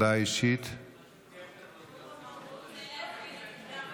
התקבלה ותועבר לוועדת הפנים והגנת הסביבה.